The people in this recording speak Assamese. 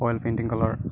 oil painting colour